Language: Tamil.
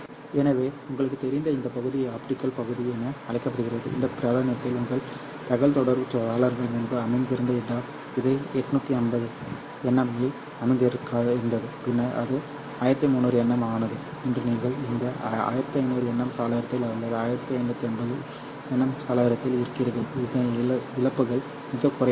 எனவே உங்களுக்குத் தெரிந்த இந்த பகுதி ஆப்டிகல் பகுதி என அழைக்கப்படுகிறது இந்த பிராந்தியத்தில் உங்கள் தகவல் தொடர்பு சாளரங்கள் முன்பு அமைந்திருந்த இடம் இது 850nm இல் அமைந்திருந்தது பின்னர் அது 1300 nm ஆனது இன்று நீங்கள் இந்த 1500nm சாளரத்தில் அல்லது 1550nm சாளரத்தில் இருக்கிறீர்கள் அதன்இழப்புகள் மிகக் குறைவானது